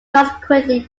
consequently